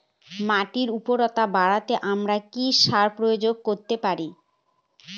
মাটির উর্বরতা বাড়াতে আমরা কি সার প্রয়োগ করতে পারি?